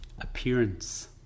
appearance